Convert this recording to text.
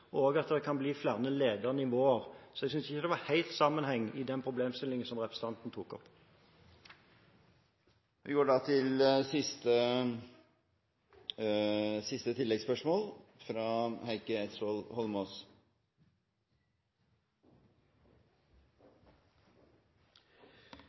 og at det kan bli flere ledernivåer, så jeg synes ikke det var helt sammenheng i den problemstillingen som representanten tok opp. Heikki Eidsvoll Holmås – til siste